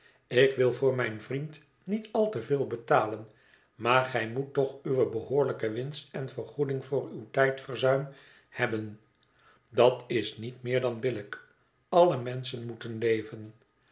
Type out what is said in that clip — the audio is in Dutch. bi wil voor mijn vriend niet al te veel betalen maar gij moet toch uwe behoorlijke winst en vergoeding voor uw tijdverzuim hebben dat is niet meer dan billijk alle menschen moeten leven